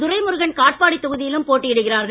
துரைமுருகன் காட்பாடி தொகுதியிலும் போட்டியிடுகிறார்கள்